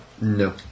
No